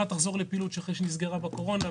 תחזור לפעילות לאחר שנסגרה בקורונה,